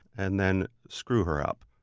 and then screw her up,